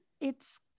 it's-